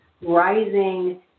rising